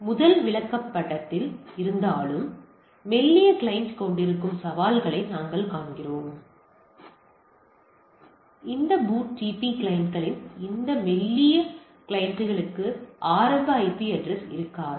எனவே முதல் விளக்கப்படத்தில் இருந்தாலும் மெல்லிய கிளையன்ட் கொண்டிருக்கும் சவால்களை நாங்கள் காண்கிறோம் மேலும் இந்த BOOTP கிளையண்டுகளின் இந்த மெல்லிய கிளையண்ட்டுக்கு ஆரம்ப ஐபி அட்ரஸ் இருக்காது